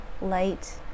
light